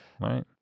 Right